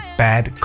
bad